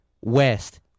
West